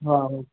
हा हा